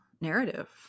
narrative